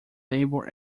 labour